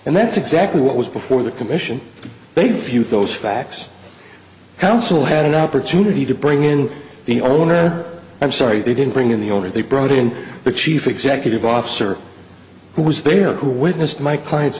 and that's exactly what was before the commission they gave you those facts counsel had an opportunity to bring in the owner i'm sorry they didn't bring in the owner they brought in the chief executive officer who was there who witnessed my client